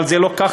אבל זה לא כך.